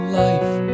life